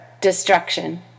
destruction